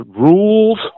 rules